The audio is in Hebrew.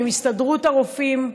עם הסתדרות הרופאים,